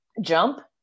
jump